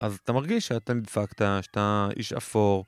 אז אתה מרגיש שאתה נדפקת, שאתה איש אפור